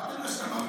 באתם לשנות.